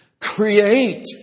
Create